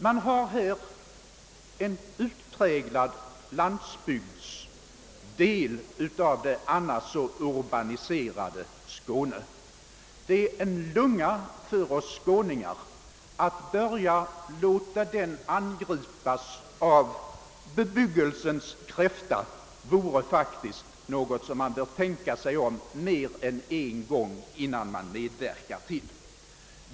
Det gäller här en utpräglad landsbygdsdel av det annars så urbaniserade Skåne. Den är en lunga för oss skåningar, och innan man medverkar till att låta den angripas av bebyggelsens kräfta, bör man faktiskt tänka sig för mer än en gång.